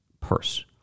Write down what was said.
purse